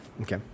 Okay